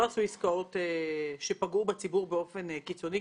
שהם לא עשו עסקאות שפגעו בציבור באופן קיצוני.